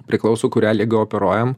priklauso kurią ligą operuojam